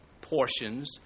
portions